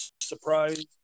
surprise